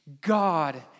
God